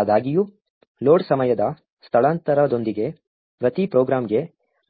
ಆದಾಗ್ಯೂ ಲೋಡ್ ಸಮಯದ ಸ್ಥಳಾಂತರದೊಂದಿಗೆ ಪ್ರತಿ ಪ್ರೋಗ್ರಾಂಗೆ